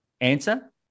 answer